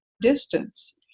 distance